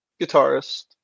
guitarist